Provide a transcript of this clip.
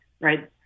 Right